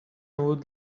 would